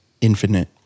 Infinite